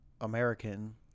American